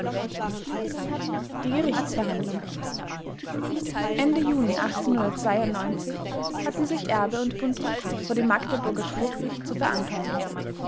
die gerichtsverhandlung ende juni hatten sich erbe und buntrock vor dem magdeburger schwurgericht zu verantworten